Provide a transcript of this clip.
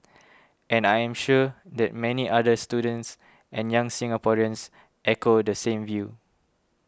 and I am sure that many other students and young Singaporeans echo the same view